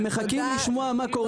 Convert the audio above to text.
הם מחכים לשמוע מה קורה פה.